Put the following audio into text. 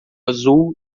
azul